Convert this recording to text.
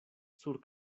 sur